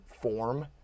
form